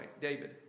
David